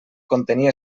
contenir